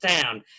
town